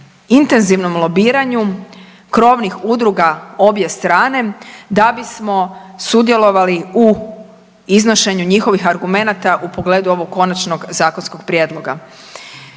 intenzivnom lobiranju krovnih udruga obje strane da bismo sudjelovali u iznošenju njihovih argumenata u pogledu ovog konačnog zakonskog prijedloga.